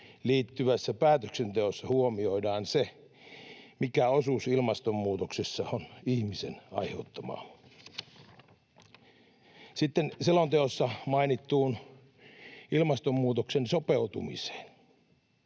liittyvässä päätöksenteossa huomioidaan se, mikä osuus ilmastonmuutoksesta on ihmisen aiheuttamaa. Sitten selonteossa mainittuun ilmastonmuutokseen sopeutumiseen.